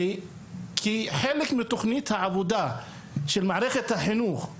כחלק מתוכנית העבודה של מערכת החינוך.